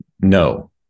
No